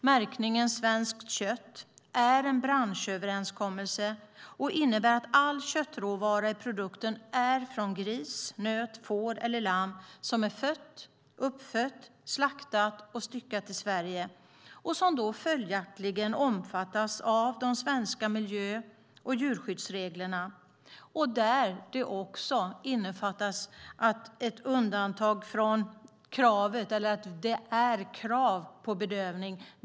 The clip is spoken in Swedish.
Märkningen Svenskt kött ingår i en branschöverenskommelse och innebär att all köttråvara i produkten kommer från grisar, nötdjur, får eller lamm som är födda, uppfödda, slaktade och styckade i Sverige. Följaktligen omfattas de av svenska miljö och djurskyddsregler. Här finns också krav på bedövning.